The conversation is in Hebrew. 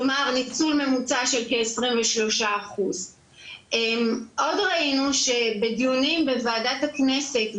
כלומר ניצול ממוצע של כ- 23%. עוד ראינו שבדיונים בוועדת הכנסת,